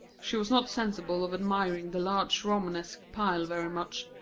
she was not sensible of admiring the large romanesque pile very much,